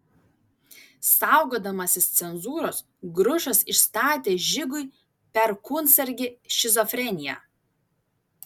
saugodamasis cenzūros grušas išstatė žigui perkūnsargį šizofreniją